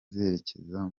zerekeza